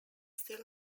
still